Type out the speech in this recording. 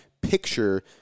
picture